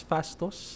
Fastos